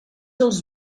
els